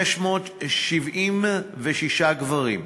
1,676 על-ידי גברים.